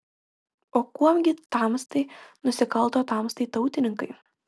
o kuom gi tamstai nusikalto tamstai tautininkai